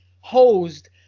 hosed